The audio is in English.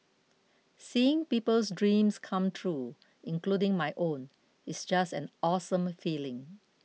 seeing people's dreams come true including my own it's just an awesome feeling